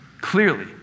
clearly